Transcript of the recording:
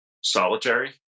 solitary